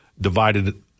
divided